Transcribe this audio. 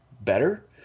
better